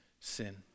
sin